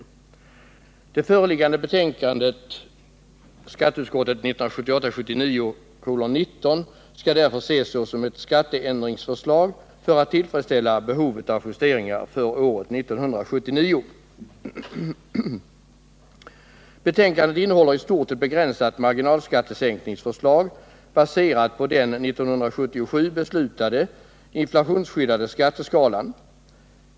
Skatteutskottets föreliggande betänkande 1978/79:19 skall därför ses såsom ett skatteändringsförslag för att tillfredsställa behovet av justeringar endast för år 1979. Betänkandet innehåller i stort ett begränsat marginalskattesänkningsförslag, baserat på den 1977 beslutade inflationsskyddade skatteskalan.